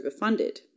overfunded